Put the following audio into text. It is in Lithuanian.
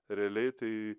realiai tai